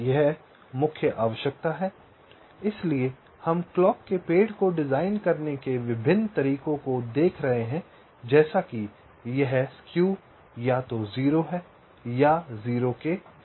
यह मुख्य आवश्यकता है इसलिए हम क्लॉक के पेड़ को डिजाइन करने के विभिन्न तरीकों को देख रहे हैं जैसे कि यह तिरछा या तो 0 है या 0 के करीब है